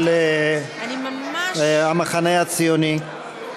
של המחנה הציוני,